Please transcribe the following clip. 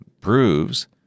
proves